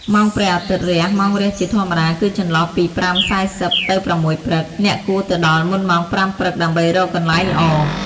ម៉ោងព្រះអាទិត្យរះ ម៉ោងរះជាធម្មតាគឺចន្លោះពី ៥:៤០ ទៅ ៦ ព្រឹក។ អ្នកគួរទៅដល់មុនម៉ោង ៥ ព្រឹកដើម្បីរកកន្លែងល្អ។